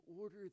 order